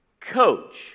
Coach